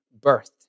birth